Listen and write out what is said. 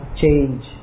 change